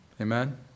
Amen